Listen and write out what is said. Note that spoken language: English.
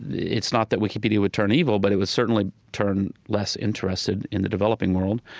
it's not that wikipedia would turn evil, but it would certainly turn less interested in the developing world.